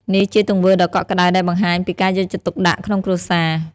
នេះជាទង្វើដ៏កក់ក្តៅដែលបង្ហាញពីការយកចិត្តទុកដាក់ក្នុងគ្រួសារ។